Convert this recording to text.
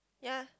ya